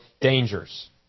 dangers